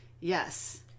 Yes